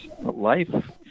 life